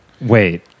Wait